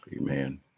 Amen